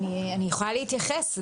אני יכולה להתייחס.